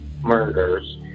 murders